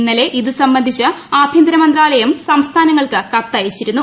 ഇന്നലെ ഇത് സംബന്ധിച്ച് ആഭൃന്തര മന്ത്രാലയം സംസ്ഥാനങ്ങൾക്ക് കത്ത് അയച്ചിരുന്നു